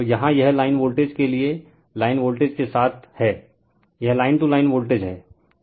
तो यहाँ यह लाइन वोल्टेज के लिए लाइन वोल्टेज के साथ है यह लाइन टू लाइन वोल्टेज है